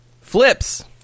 flips